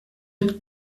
être